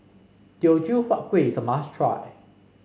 Teochew Huat Kueh is a must try